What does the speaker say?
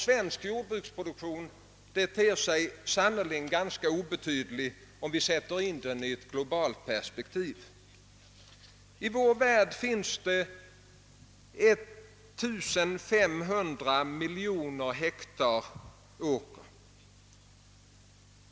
Svensk jordbruksproduktion ter sig sannerligen ganska obetydligt, om vi sätter in den i ett globalt perspektiv. I vår värld finns det 1500 miljoner hektar åker.